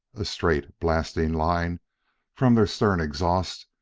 a straight, blasting line from their stern exhaust,